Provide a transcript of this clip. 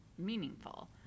meaningful